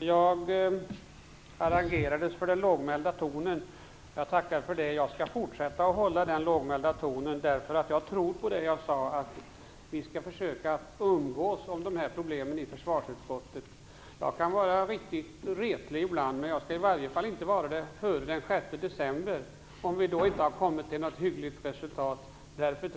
Herr talman! Jag harangerades för den lågmälda tonen. Jag tackar för det. Jag skall fortsätta att hålla den lågmälda tonen, eftersom jag tror på det jag sade - vi skall försöka att umgås om de här problemen i försvarsutskottet. Jag kan vara riktigt retlig ibland, men jag skall i alla fall inte vara det före den 6 december, om vi då inte har kommit till något hyggligt resultat. Jag skall